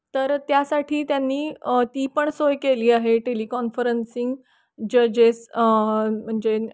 तर त्यासाठी त्यांनी ती पण सोय केली आहे टेलिकॉन्फरन्सिंग जजेस म्हणजे